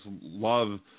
love